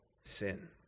sin